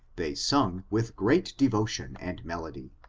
they sung with great devotion and melody.